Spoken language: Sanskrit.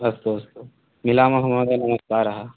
अस्तु अस्तु मिलामः महोदयः नमस्कारः